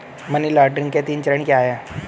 Money laundering के तीन चरण क्या हैं?